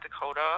Dakota